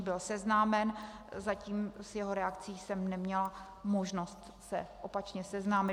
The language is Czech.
Byl seznámen, zatím s jeho reakcí jsem neměla možnost se opačně seznámit.